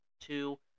two